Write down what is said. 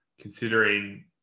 considering